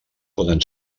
poden